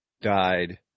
died